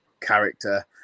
character